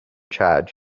charge